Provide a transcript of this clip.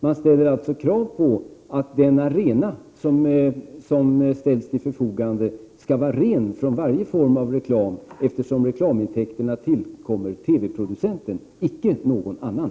Man kräver alltså att den arena som ställs till förfogande skall vara ren från varje form av reklam, eftersom reklamintäkterna tillkommer TV-producenten, icke någon annan.